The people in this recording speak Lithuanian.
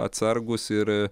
atsargūs ir